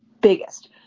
Biggest